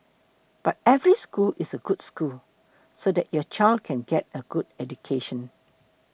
but every school is a good school so that your child can get a good education